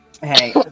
Hey